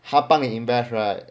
他帮你 invest right